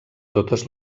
totes